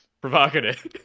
Provocative